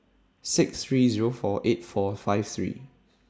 six three Zero four eight four five three